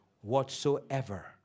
whatsoever